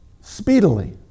speedily